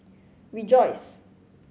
rejoice